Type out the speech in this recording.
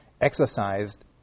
exercised